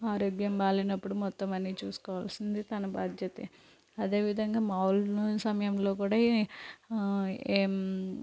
ఆరోగ్యం బాలేనప్పుడు మొత్తం అన్ని చూస్కోవాల్సిందే తన బాధ్యతే అదేవిధంగా మాములుగా సమయంలో కూడా ఏం